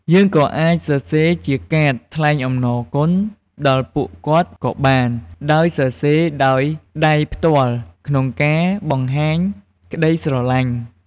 យើងក៏អាចសរសេរជាកាត ថ្លែងអំណរគុណដល់ពួកគាត់ក៏បាន ដោយសរសេរដោយដៃផ្ទល់ក្នុងការបង្ហាញក្តីស្រឡាញ់។